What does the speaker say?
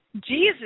Jesus